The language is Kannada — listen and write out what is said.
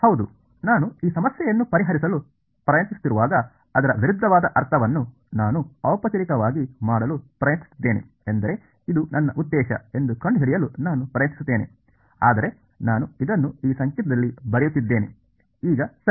ಹೌದು ನಾನು ಈ ಸಮಸ್ಯೆಯನ್ನು ಪರಿಹರಿಸಲು ಪ್ರಯತ್ನಿಸುತ್ತಿರುವಾಗ ಅದರ ವಿರುದ್ಧವಾದ ಅರ್ಥವನ್ನು ನಾನು ಔಪಚಾರಿಕವಾಗಿ ಮಾಡಲು ಪ್ರಯತ್ನಿಸುತ್ತಿದ್ದೇನೆ ಎಂದರೆ ಇದು ನನ್ನ ಉದ್ದೇಶ ಎಂದು ಕಂಡುಹಿಡಿಯಲು ನಾನು ಪ್ರಯತ್ನಿಸುತ್ತೇನೆ ಆದರೆ ನಾನು ಇದನ್ನು ಈ ಸಂಕೇತದಲ್ಲಿ ಬರೆಯುತ್ತಿದ್ದೇನೆ ಈಗ ಸರಿ